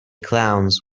clowns